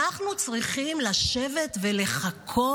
אנחנו צריכים לשבת ולחכות?